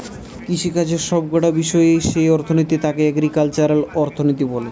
কৃষিকাজের সব কটা বিষয়ের যেই অর্থনীতি তাকে এগ্রিকালচারাল অর্থনীতি বলে